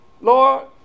Lord